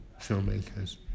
filmmakers